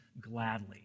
gladly